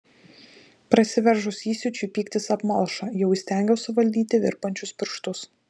prasiveržus įsiūčiui pyktis apmalšo jau įstengiau suvaldyti virpančius pirštus